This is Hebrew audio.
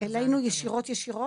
אלינו ישירות-ישירות?